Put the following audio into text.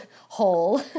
hole